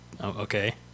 okay